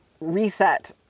reset